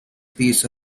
piece